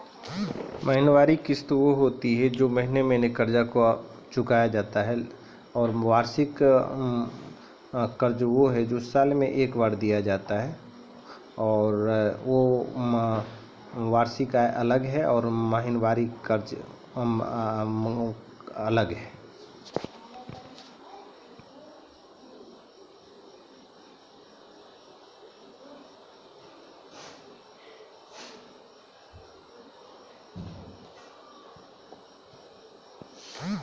महिनबारी कर्जा के किस्त जमा करनाय वार्षिकी कहाबै छै